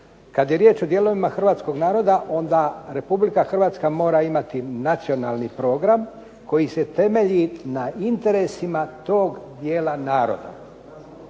Kad je riječ o dijelovima hrvatskog naroda, onda Republika Hrvatska mora imati nacionalni program koji se temelji na interesima tog dijela naroda.